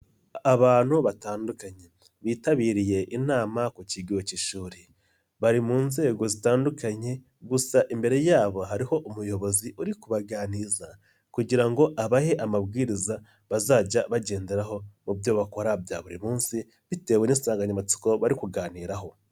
Abantu batandukanye bitabiriye inama ku kigo cy'ishuri bari mu nzego zitandukanye gusa imbere yabo hariho umuyobozi uri kubaganiriza kugira ngo abahe amabwiriza bazajya bagenderaho mu byo bakora bya buri munsi bitewe n'insanganyamatsiko bari kuganiraho.